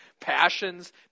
Passions